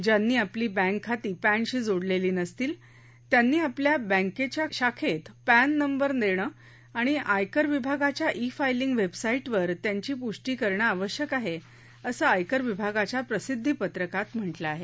ज्यांनी आपली बँक खाती पॅनशी जोडलेली नसतील त्यानी आपल्या बँकेच्या शाखेत पॅन नंबर देणं आणि आयकर विभागाच्या ई फाइलिंग वेबसाइटवर त्यांची पष्टी करणं आवश्यक आहे असं आयकर विभागाच्या प्रसिद्ध पत्रकात म्हटलं आहे